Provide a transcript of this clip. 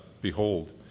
behold